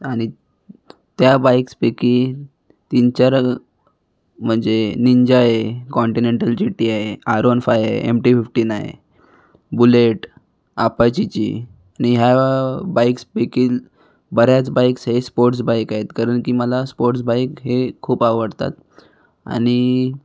आणि त्या बाईक्सपैकी तीनचार म्हणजे निन्जा आहे कॉन्टीनेन्टल जे टी आहे आर वन फाय आहे एम टी फिफ्टीन आहे बुलेट आपाचिची आणि ह्या बाईक्सपैकी बऱ्याच बाईक्स हे स्पोर्ट्स बाईक आहेत कारण की मला स्पोर्ट्स बाईक हे खूप आवडतात आणि